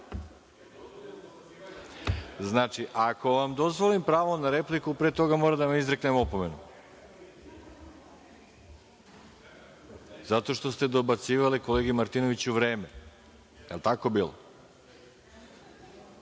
Kena.)Znači, ako vam dozvolim pravo na repliku pre toga moram da vam izreknem opomenu zato što ste dobacivali kolegi Martinoviću – vreme. Da li je tako